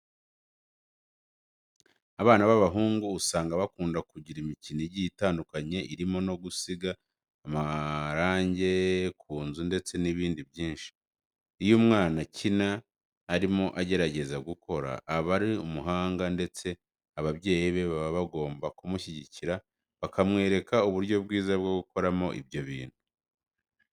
Abana b'abahungu usanga bakunda kugira imikino igiye itandukanye irimo no gusiga amarange ku nzu ndetse n'ibindi byinshi. Iyo umwana akina arimo agerageza gukora, aba ari umuhanga ndetse ababyeyi be baba bagomba kumushyigikira bakamwereka uburyo bwiza bwo gukoramo ibyo bintu.